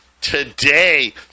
Today